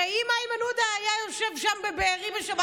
הרי אם איימן עודה היה יושב שם בבארי בשבת,